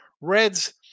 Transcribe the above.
Reds